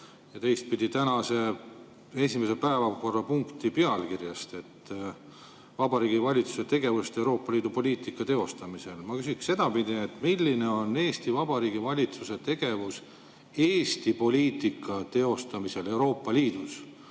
teistpidi tänase esimese päevakorrapunkti pealkirjast "[Ülevaade] Vabariigi Valitsuse tegevusest Euroopa Liidu poliitika teostamisel". Ma küsin sedapidi: milline on Eesti Vabariigi valitsuse tegevus Eesti poliitika teostamisel Euroopa Liidus,